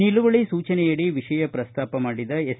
ನಿಲುವಳಿ ಸೂಜನೆಯಡಿ ವಿಷಯ ಪ್ರಸ್ತಾಪ ಮಾಡಿದ ಎಸ್